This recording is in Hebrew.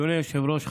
אדוני היושב-ראש,